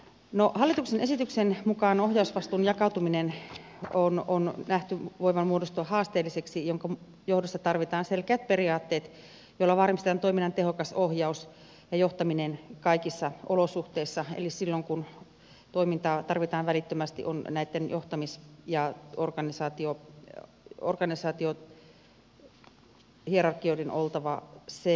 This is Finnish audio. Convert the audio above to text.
no hallituksen esityksen mukaan ohjausvastuun jakautumisen on nähty voivan muodostua haasteelliseksi minkä johdosta tarvitaan selkeät periaatteet joilla varmistetaan toiminnan tehokas ohjaus ja johtaminen kaikissa olosuhteissa eli silloin kun toimintaa tarvitaan välittömästi on näitten johtamis ja organisaatiohierarkioiden oltava selviä